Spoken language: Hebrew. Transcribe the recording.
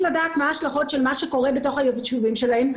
לדעת מה ההשלכות של מה שקורה בתוך היישובים שלהם,